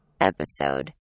Episode